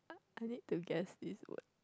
I need to guess it would